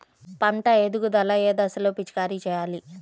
పంట ఎదుగుదల ఏ దశలో పిచికారీ చేయాలి?